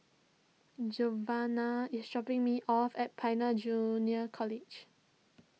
Giovanna is dropping me off at Pioneer Junior College